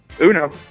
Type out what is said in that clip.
Uno